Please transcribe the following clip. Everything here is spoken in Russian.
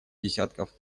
десятков